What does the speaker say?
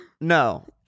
no